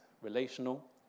relational